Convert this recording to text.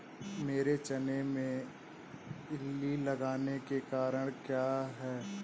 मेरे चने में इल्ली लगने का कारण क्या है?